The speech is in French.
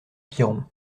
piron